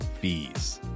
fees